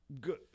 Good